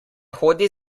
hodi